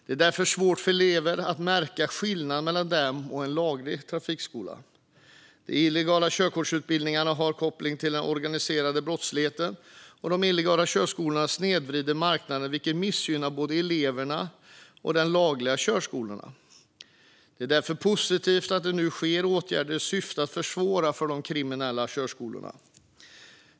Det är därför svårt för elever att märka skillnaden mellan dem och en laglig trafikskola. De illegala körkortsutbildningarna har koppling till den organiserade brottsligheten, och de illegala körskolorna snedvrider marknaden, vilket missgynnar både eleverna och de lagliga körskolorna. Det är därför positivt att det nu sker åtgärder i syfte att försvåra för de kriminella körskolorna.